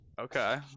Okay